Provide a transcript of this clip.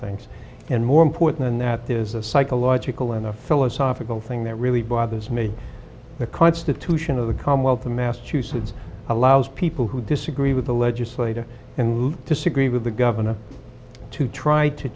things and more important in that there's a psychological and philosophical thing that really bothers me the constitution of the commonwealth of massachusetts allows people who disagree with the legislator and who disagree with the government to try to